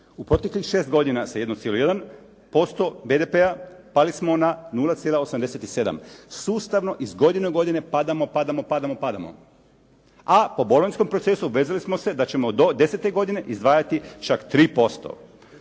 U proteklih 6 godina sa 1,1% BDP-a pali smo na 0,87. Sustavno iz godine u godinu padamo, padamo, padamo, padamo. A po Bolonjskom procesu obvezali smo se da ćemo do desete godine izdvajati čak 3%.